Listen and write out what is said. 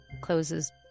closes